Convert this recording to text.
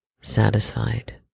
satisfied